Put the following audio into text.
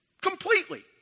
completely